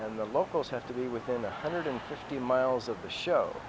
and the locals have to be within a hundred and fifty miles of the show